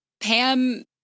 Pam